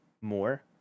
more